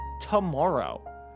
tomorrow